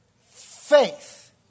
faith